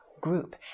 group